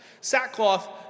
Sackcloth